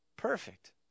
perfect